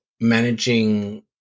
managing